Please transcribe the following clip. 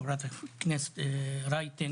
חברת הכנסת רייטן,